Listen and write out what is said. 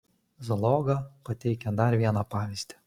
zaloga pateikia dar vieną pavyzdį